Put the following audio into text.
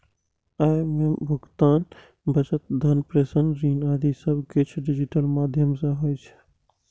अय मे भुगतान, बचत, धन प्रेषण, ऋण आदि सब किछु डिजिटल माध्यम सं होइ छै